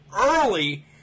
early